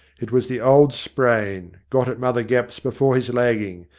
it was the old sprain, got at mother gapp's before his lagging,